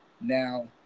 Now